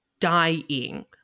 dying